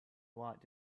watt